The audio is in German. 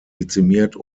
dezimiert